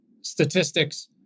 statistics